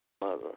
mother